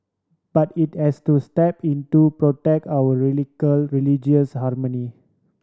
but it has to step in to protect our religious harmony